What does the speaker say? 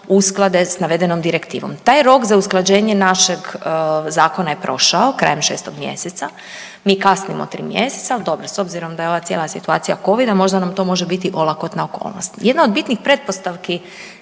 usklade sa navedenom direktivom. Taj rok za usklađenje našeg zakona je prošao krajem 6. mjeseca. Mi kasnimo 3 mjeseca, ali dobro s obzirom da je ova cijela situacija Covida možda nam to može biti olakotna okolnosti. Jedna od bitnih pretpostavki